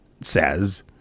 says